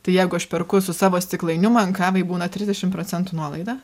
tai jeigu aš perku su savo stiklainiu man kavai būna trisdešim procentų nuolaida